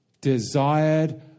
desired